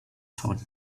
found